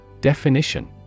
Definition